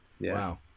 Wow